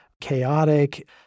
chaotic